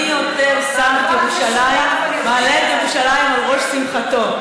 מי יותר מעלה את ירושלים על ראש שמחתו?